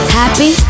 happy